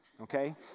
okay